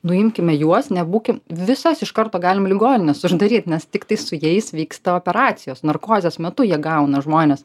nuimkime juos nebūkim visas iš karto galim ligonines uždaryt nes tiktai su jais vyksta operacijos narkozės metu jie gauna žmonės